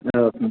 ஆ okay